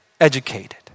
educated